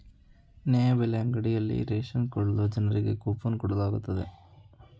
ನ್ಯಾಯಬೆಲೆ ಅಂಗಡಿಯಲ್ಲಿ ರೇಷನ್ ಕೊಳ್ಳಲು ಜನರಿಗೆ ಕೋಪನ್ ಕೊಡಲಾಗುತ್ತದೆ